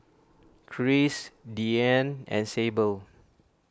Kris Deeann and Sable